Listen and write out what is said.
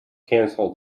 cancel